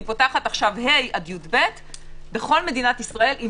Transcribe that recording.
היא פותחת ה' עד י"ב בכל מדינת ישראל עם